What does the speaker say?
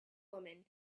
woman